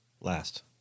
last